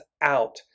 out